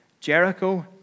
Jericho